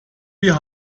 wir